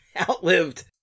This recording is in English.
outlived